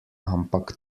ampak